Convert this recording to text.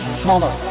smaller